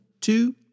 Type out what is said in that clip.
Two